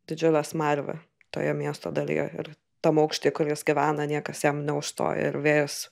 didžiulė smarvė toje miesto dalyje ir tam aukšty kur jis gyvena niekas jam neužstoja ir vėjas